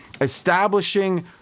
establishing